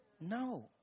No